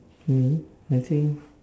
mm I think